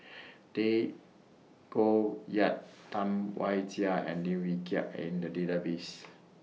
Tay Koh Yat Tam Wai Jia and Lim Wee Kiak Are in The Database